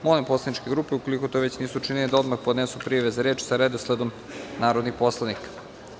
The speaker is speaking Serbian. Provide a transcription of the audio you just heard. Molim poslaničke grupe ukoliko to već nisu učinile da odmah podnesu prijave za reč sa redosledom narodnih poslanika.